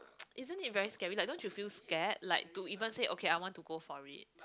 isn't it very scary like don't you feel scared like to even say okay I want to go for it